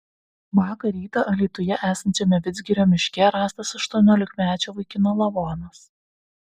vakar rytą alytuje esančiame vidzgirio miške rastas aštuoniolikmečio vaikino lavonas